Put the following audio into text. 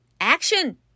action